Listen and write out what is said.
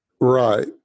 Right